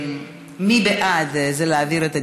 מי שבעד, זה להעביר את הדיון,